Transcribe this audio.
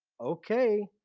Okay